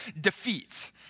defeat